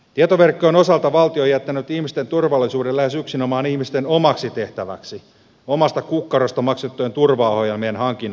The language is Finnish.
tietoverkkojen osalta valtio on jättänyt ihmisten turvallisuuden lähes yksinomaan ihmisten omaksi tehtäväksi omasta kukkarosta maksettujen turvaohjelmien hankinnan varaan